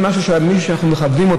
אין משהו של מישהו שאנחנו מכבדים.